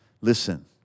Listen